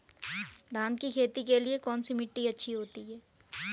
धान की खेती के लिए कौनसी मिट्टी अच्छी होती है?